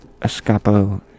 Escapo